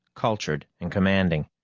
cultured and commanding.